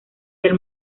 del